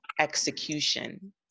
execution